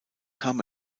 kam